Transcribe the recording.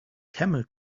camel